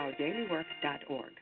ourdailywork.org